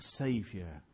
savior